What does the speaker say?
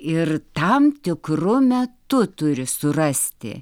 ir tam tikru metu turi surasti